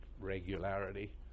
regularity